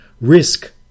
risk